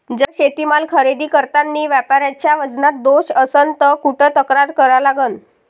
जर शेतीमाल खरेदी करतांनी व्यापाऱ्याच्या वजनात दोष असन त कुठ तक्रार करा लागन?